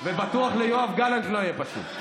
ובטוח ליואב גלנט לא יהיה פשוט.